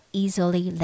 easily